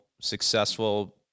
successful